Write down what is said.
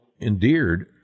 endeared